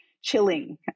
chilling